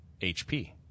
HP